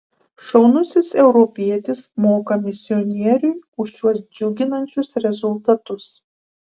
šaunusis europietis moka misionieriui už šiuos džiuginančius rezultatus